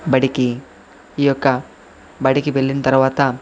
బడికి ఈ యొక్క బడికి వెళ్లిన తర్వాత